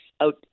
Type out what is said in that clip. out